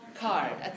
card